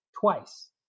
Twice